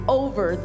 over